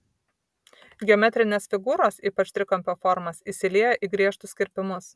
geometrinės figūros ypač trikampio formos įsilieja į griežtus kirpimus